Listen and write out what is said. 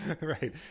Right